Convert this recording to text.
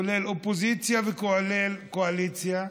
כולל מהאופוזיציה וכולל מהקואליציה,